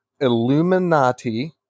Illuminati